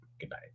Goodbye